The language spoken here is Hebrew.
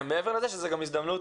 מעבר לזה שזו גם הזדמנות